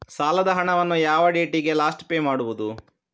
ಸಾಲದ ಹಣವನ್ನು ಯಾವ ಡೇಟಿಗೆ ಲಾಸ್ಟ್ ಪೇ ಮಾಡುವುದು?